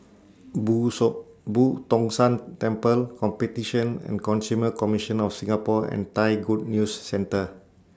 Boo thought Boo Tong San Temple Competition and Consumer Commission of Singapore and Thai Good News Centre